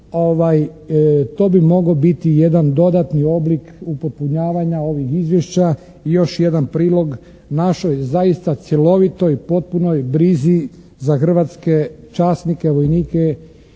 to bi mogao biti jedan dodatni oblik upotpunjavanja ovih izvješća i još jedan prilog našoj zaista cjelovitoj i potpunoj brizi za hrvatske časnike, vojnike